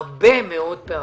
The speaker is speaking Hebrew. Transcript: הרבה מאוד פעמים.